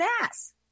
ass